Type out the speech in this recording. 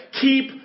Keep